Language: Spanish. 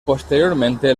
posteriormente